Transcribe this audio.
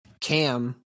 Cam